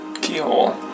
keyhole